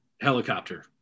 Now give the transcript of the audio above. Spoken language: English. Helicopter